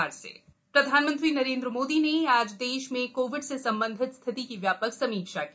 प्रधानमंत्री समीक्षा प्रधानमंत्री नरेन्द्र मोदी ने आज देश में कोविड से संबंधित स्थिति की व्यापक समीक्षा की